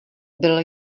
byl